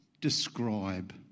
describe